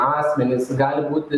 asmenys gali būti